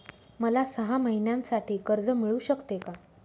मला सहा महिन्यांसाठी कर्ज मिळू शकते का?